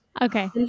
Okay